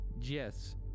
yes